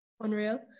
unreal